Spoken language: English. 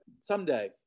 someday